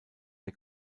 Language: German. der